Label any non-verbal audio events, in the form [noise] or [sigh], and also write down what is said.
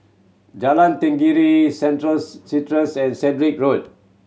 Jalan Tenggiri Centrals Centrals and [unintelligible] Road